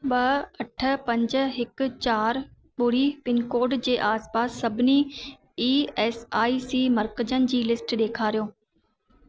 ॿ अठ पंज हिकु चारि ॿुड़ी पिनकोड जे आसपास सभिनी ई एस आई सी मर्कज़नि जी लिस्ट ॾेखारियो